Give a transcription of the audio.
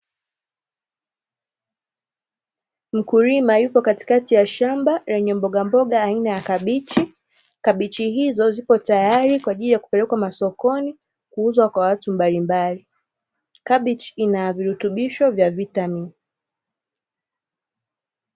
Mkulima yupo katikati ya shamba lenye mbogamboga aina ya kabichi, kabichi hizo zipo tayari kwa ajili ya kupelekwa masokoni, kuuzwa kwa watu mbalimbali. Kabichi ina virutubisho vya vitamini.